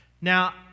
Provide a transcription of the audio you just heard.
Now